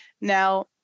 Now